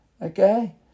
Okay